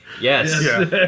yes